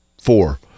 four